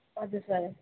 हजुर सर